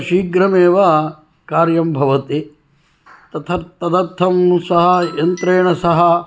शीघ्रमेव कार्यं भवति तदर्थं सः यन्त्रेण सह